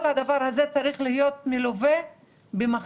כל הדבר הזה צריך להיות מלווה במחקר